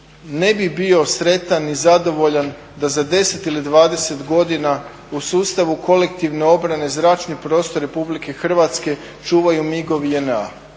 ne bi bio sretan i zadovoljan da za 10 ili 20 godina u sustavu kolektivne obrane zračni prostor RH čuvaju MIG-ovi JNA,